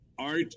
Art